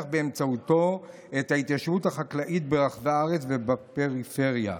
באמצעותו את ההתיישבות החקלאית ברחבי הארץ ובפריפריה.